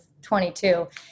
22